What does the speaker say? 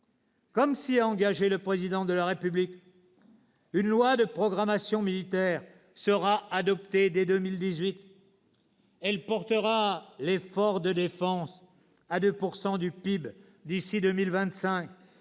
Comme s'y est engagé le Président de la République, une loi de programmation militaire sera adoptée dès 2018. Elle portera l'effort de défense à 2 % du PIB d'ici 2025